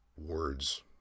words